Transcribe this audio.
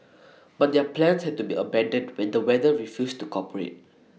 but their plans had to be abandoned when the weather refused to cooperate